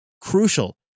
crucial